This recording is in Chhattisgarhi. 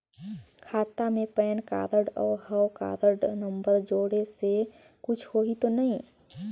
खाता मे पैन कारड और हव कारड नंबर जोड़े से कुछ होही तो नइ?